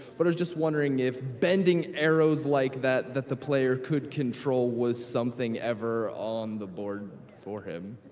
but i was just wondering if bending arrows like that, that the player could control, was something ever on the board for him.